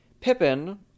Pippin